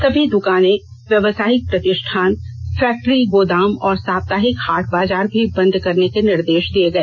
सभी दुकानें व्यवसायिक प्रतिष्ठान फैक्ट्री गोदाम और साप्ताहिक हाट बाजार भी बंद करने के निर्देश दिए गए